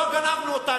לא גנבנו אותה,